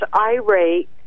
irate